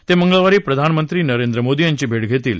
ते मंगळवारी प्रधानमंत्री नरेंद्र मोदी यांची भेट घेतील